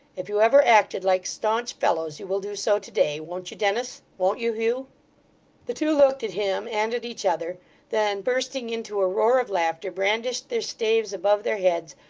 if you ever acted like staunch fellows, you will do so to-day. won't you, dennis won't you, hugh the two looked at him, and at each other then bursting into a roar of laughter, brandished their staves above their heads,